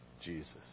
Jesus